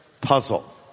Puzzle